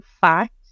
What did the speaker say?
fact